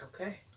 Okay